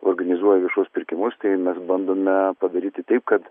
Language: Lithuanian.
organizuoja viešus pirkimus tai mes bandome padaryti taip kad